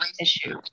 issue